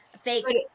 fake